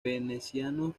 venecianos